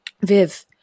Viv